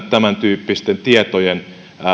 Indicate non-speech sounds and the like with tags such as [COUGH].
[UNINTELLIGIBLE] tämäntyyppisten tietojen